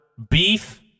Beef